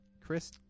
Chris